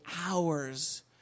hours